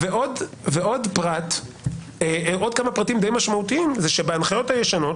ועוד כמה פרטים די משמעותיים זה שבהנחיות הישנות